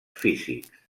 físics